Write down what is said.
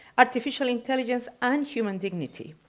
artificial intelligence and human dignity,